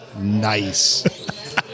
Nice